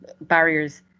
barriers